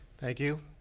thank you,